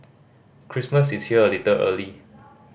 Christmas is here a little early